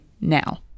now